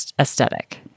aesthetic